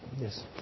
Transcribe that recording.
Yes